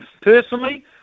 Personally